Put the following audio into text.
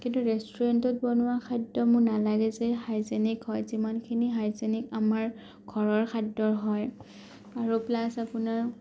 কিন্তু ৰেষ্টুৰেণ্টত বনোৱা খাদ্য মোৰ নালাগে যে হাইজেনিক হয় যিমানখিনি হাইজেনিক আমাৰ ঘৰৰ খাদ্য হয় আৰু প্লাছ আপোনাৰ